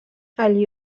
allí